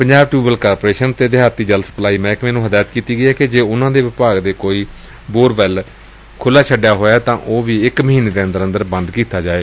Punjab tubewell corporation ਅਤੇ ਦਿਹਾਤੀ ਜਲ ਸਪਲਾਈ ਮਹਿਕਮੇ ਨੂੰ ਹਦਾਇਤ ਕੀਤੀ ਗਈ ਏ ਕਿ ਜੇ ਉਨਾਂ ਦੇ ਵਿੱਭਾਗ ਦਾ ਕੋਈ ਬੋਰਵੈੱਲ ਖੁੱਲਾ ਛੱਡਿਆ ਹੋਇਐ ਤਾਂ ਉਹ ਵੀ ਇਕ ਮਹੀਂ ਦੇ ਅੰਦਰ ਅੰਦਰ ਬੰਦ ਕੀਤੇ ਜਾਏ